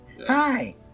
Hi